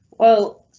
well,